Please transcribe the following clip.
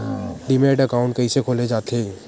Demat account कइसे खोले जाथे?